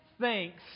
thanks